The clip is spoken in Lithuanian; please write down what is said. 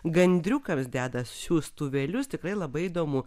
gandriukams deda siųstuvėlius tikrai labai įdomu